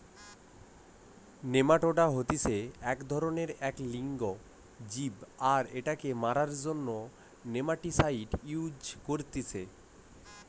nematoda হতিছে এক ধরণেরএক লিঙ্গ জীব আর এটাকে মারার জন্য নেমাটিসাইড ইউস করতিছে